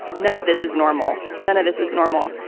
none of this is normal. none of this is normal.